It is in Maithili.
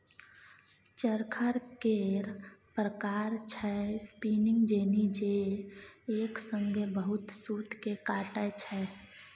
चरखा केर प्रकार छै स्पीनिंग जेनी जे एक संगे बहुत सुत केँ काटय छै